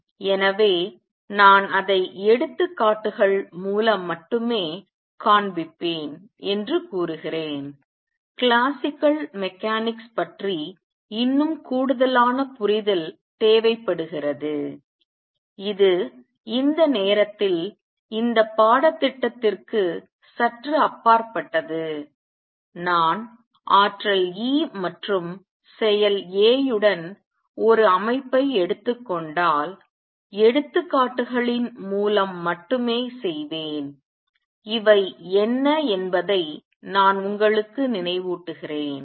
எனவே நான் அதை எடுத்துக்காட்டுகள் மூலம் மட்டுமே காண்பிப்பேன் என்று கூறுகிறேன் கிளாசிக்கல் மெக்கானிக்ஸ் பற்றி இன்னும் கூடுதலான புரிதல் தேவைப்படுகிறது இது இந்த நேரத்தில் இந்த பாடத்திட்டத்திற்கு சற்று அப்பாற்பட்டது நான் ஆற்றல் E மற்றும் செயல் A உடன் ஒரு அமைப்பை எடுத்துக் கொண்டால் எடுத்துக்காட்டுகளின் மூலம் மட்டுமே செய்வேன் இவை என்ன என்பதை நான் உங்களுக்கு நினைவூட்டுகிறேன்